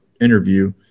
interview